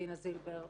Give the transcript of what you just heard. דינה זילבר,